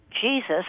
Jesus